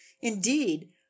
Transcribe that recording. Indeed